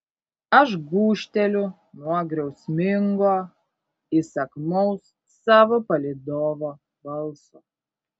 aš gūžteliu nuo griausmingo įsakmaus savo palydovo balso